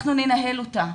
אנחנו ננהל אותה.